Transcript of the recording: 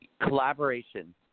collaboration